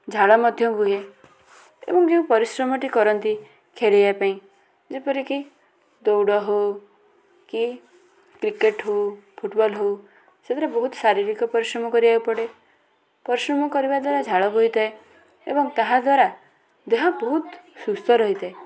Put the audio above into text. ଝାଳ ମଧ୍ୟ ବୋହେ ଏବଂ ଯେଉଁ ପରିଶ୍ରମଟି କରନ୍ତି ଖେଳିବା ପାଇଁ ଯେପରିକି ଦୌଡ଼ ହେଉ କି କ୍ରିକେଟ୍ ହେଉ ଫୁଟ୍ବଲ୍ ହେଉ ସେଥିରେ ବହୁତ ଶାରୀରିକ ପରିଶ୍ରମ କରିବାକୁ ପଡ଼େ ପରିଶ୍ରମ କରିବା ଦ୍ୱାରା ଝାଳ ବୋହିଥାଏ ଏବଂ ତାହା ଦ୍ୱାରା ଦେହ ବହୁତ ସୁସ୍ଥ ରହିଥାଏ